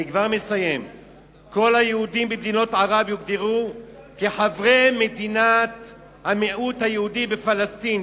1. כל היהודים במדינות ערב יוגדרו חברי מדינת המיעוט היהודי בפלסטין,